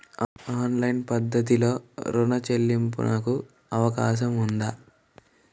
Online పద్ధతిలో రుణ చెల్లింపునకు అవకాశం ఉందా?